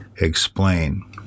explain